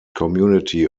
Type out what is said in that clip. community